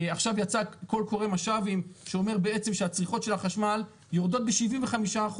עכשיו יצא "קול קורא" אומר בעצם שהצריכה של החשמל יורדת ב-75%,